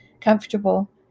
comfortable